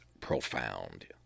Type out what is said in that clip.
profound